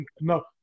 no